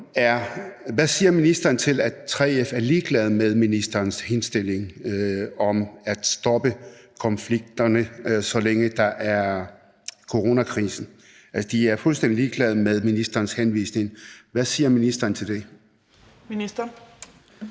Hvad siger ministeren til, at 3F er ligeglad med ministerens henstilling om at stoppe konflikterne, så længe der er coronakrise? De er fuldstændig ligeglade med ministerens henstilling. Hvad siger ministeren til det? Kl.